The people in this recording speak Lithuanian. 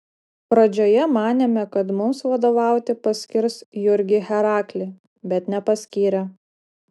pradžioje manėme kad mums vadovauti paskirs jurgį heraklį bet nepaskyrė